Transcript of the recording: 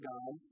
God